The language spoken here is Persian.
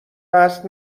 قصد